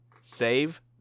Save